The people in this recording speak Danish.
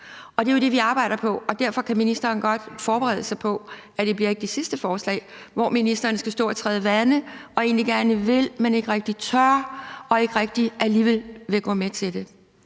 Det er jo det, vi arbejder på, og derfor kan ministeren godt forberede sig på, at det ikke bliver det sidste forslag, hvor ministeren skal stå og træde vande og egentlig gerne vil, men ikke rigtig tør og ikke rigtig alligevel vil gå med til det.